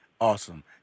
Awesome